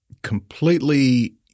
Completely